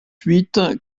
huit